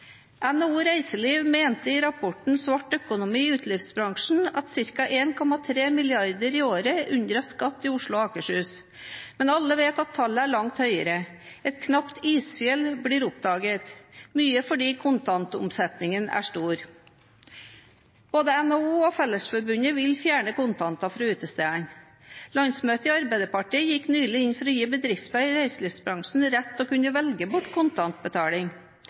NHO og Fellesforbundet vil fjerne kontanter fra utestedene. Landsmøtet i Arbeiderpartiet gikk nylig inn for å gi bedrifter i reiselivsbransjen rett til å kunne velge bort kontantbetaling.